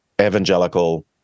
Evangelical